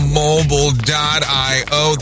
mobile.io